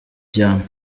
cyane